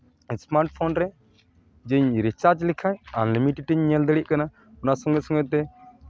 smart phone ᱨᱮ ᱡᱮᱧ recharge ᱞᱮᱠᱷᱟᱡ ᱟᱱ ᱞᱤᱢᱤᱴᱮᱰ ᱤᱧ ᱧᱮᱞ ᱫᱟᱲᱮᱜ ᱠᱟᱱᱟ ᱚᱱᱟ ᱥᱚᱸᱜᱮ ᱥᱚᱸᱜᱮ ᱛᱮ